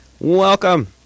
Welcome